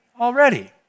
already